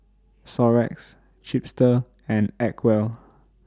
Xorex Chipster and Acwell